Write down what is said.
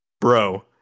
bro